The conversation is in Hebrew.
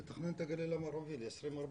לתכנן את הגליל המערבי וליישם.